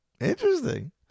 Interesting